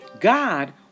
God